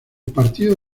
partido